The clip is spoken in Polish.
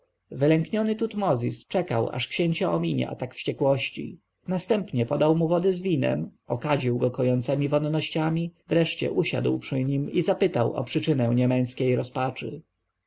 wylękniony tutmozis czekał aż księcia ominie atak wściekłości następnie podał mu wody z winem okadził go kojącemi wonnościami wreszcie usiadł przy nim i zapytał o przyczynę niemęskiej rozpaczy